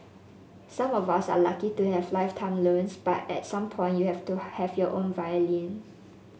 some of us are lucky to have lifetime loans but at some point you have to have your own violin